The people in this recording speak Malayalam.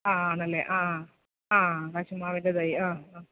ആ നല്ലത് ആ ആ കശുമാവിൻ്റെ തൈ ആ ആ